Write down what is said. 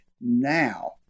now